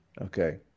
Okay